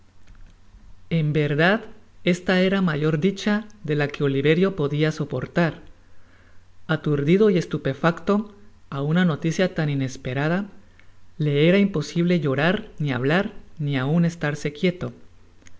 n verdad esta era mayor dicha de la que oliverio podia soportar aturdido y estupefacto á una noticia tan inesperada le era imposible llorar ni hablar ni aun estarse quieto